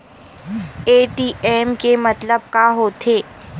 ATM के मतलब का होथे?